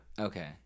Okay